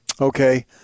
Okay